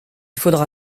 faudra